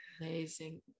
amazing